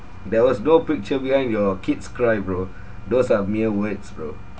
there was no picture behind your kid's cry bro those are mere words bro